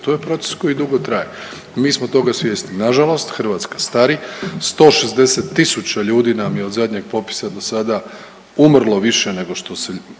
To je proces koji dugo traje. Mi smo toga svjesni. Na žalost Hrvatska stari. 160 000 ljudi nam je od zadnjeg popisa do sada umrlo više nego što se